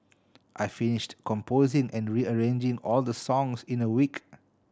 I finished composing and rearranging all the songs in a week